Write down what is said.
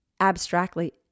abstractly